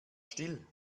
still